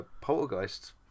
poltergeist